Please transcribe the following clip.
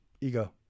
ego